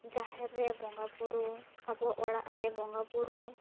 ᱡᱟᱦᱮᱨ ᱨᱮ ᱵᱚᱸᱜᱟ ᱵᱩᱨᱩ ᱟᱵᱚ ᱚᱲᱟᱜ ᱨᱮ ᱵᱚᱸᱜᱟ ᱵᱩᱨᱩ